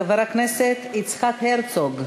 חבר הכנסת יצחק הרצוג.